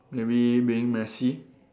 maybe being messy